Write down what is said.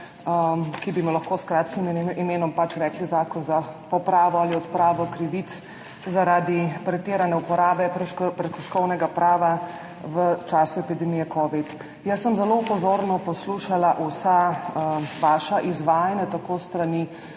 ki bi mu lahko s kratkim imenom rekli zakon za popravo ali odpravo krivic zaradi pretirane uporabe prekrškovnega prava v času epidemije covid. Zelo pozorno sem poslušala vsa vaša izvajanja, tako s strani